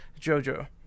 JoJo